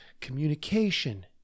communication